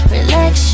Relax